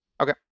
Okay